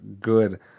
good